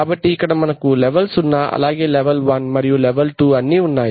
కాబట్టి ఇక్కడ మనకు లెవెల్ 0 అలాగే లెవెల్ 1 మరియు మనకు లెవెల్ 2 అన్నీ ఉన్నాయి